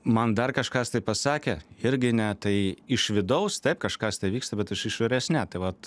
man dar kažkas tai pasakė irgi ne tai iš vidaus taip kažkas tai vyksta bet iš išorės ne tai vat